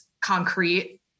concrete